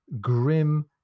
grim